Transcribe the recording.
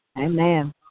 Amen